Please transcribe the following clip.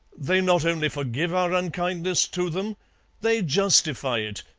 they not only forgive our unkindness to them they justify it,